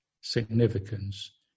significance